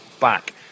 back